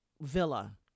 villa